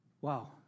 Wow